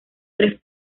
tres